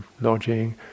lodging